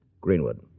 Greenwood